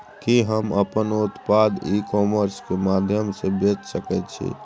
कि हम अपन उत्पाद ई कॉमर्स के माध्यम से बेच सकै छी?